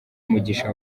umugisha